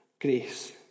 grace